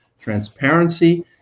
Transparency